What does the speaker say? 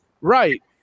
Right